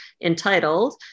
entitled